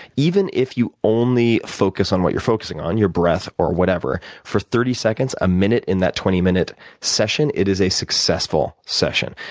even if you only focus on what you're focusing on your breath or whatever for thirty seconds, a minute in that twenty minute session, it is a successful session.